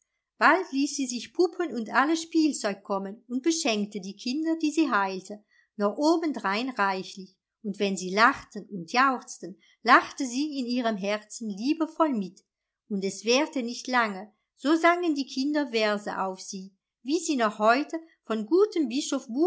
bald ließ sie sich puppen und alles spielzeug kommen und beschenkte die kinder die sie heilte noch obendrein reichlich und wenn sie lachten und jauchzten lachte sie in ihrem herzen liebevoll mit und es währte nicht lange so sangen die kinder verse auf sie wie sie noch heute vom guten bischof